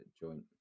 joint